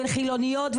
ולחילוניות,